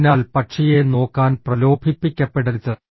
അതിനാൽ പക്ഷിയെ നോക്കാൻ പ്രലോഭിപ്പിക്കപ്പെടരുത്